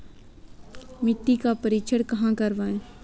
मिट्टी का परीक्षण कहाँ करवाएँ?